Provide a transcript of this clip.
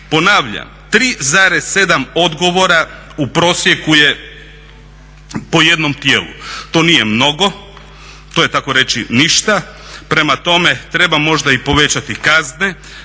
Ponavljam, 3,7 odgovora u prosjeku je po jednom tijelu. To nije mnogo, to je takoreći ništa, prema tome, treba možda i povećati kazne,